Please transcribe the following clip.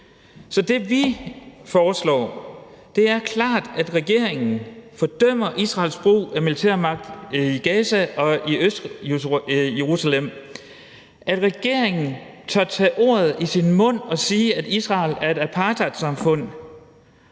Så det, vi foreslår, er klart, at regeringen fordømmer Israels brug af militærmagt i Gaza og i Østjerusalem, at regeringen tør tage ordet i sin mund og sige, at Israel er et apartheidsamfund,